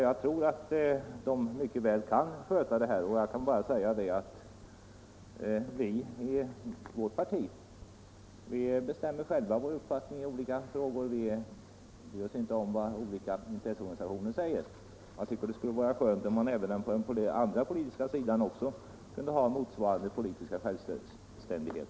Jag tror att den organisationen mycket väl kan sköta insamlingen av avfallet. Mitt parti bestämmer f. ö. självt sin uppfattning i olika frågor, vi bryr oss inte om vad olika intresseorganisationer säger. Jag tycker det vore skönt om man även på den andra politiska sidan kunde ha motsvarande politiska självständighet.